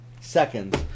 seconds